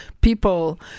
People